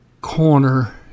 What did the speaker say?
corner